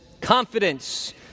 confidence